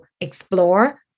explore